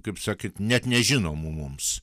kaip sakyt net nežinomų mums